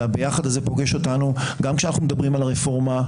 והביחד הזה פוגש אותנו גם כשאנחנו מדברים על הרפורמה,